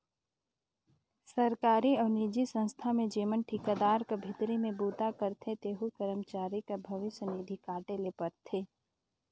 सरकारी अउ निजी संस्था में जेमन ठिकादार कर भीतरी में बूता करथे तेहू करमचारी कर भविस निधि काटे ले परथे